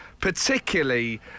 particularly